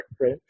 right